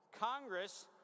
Congress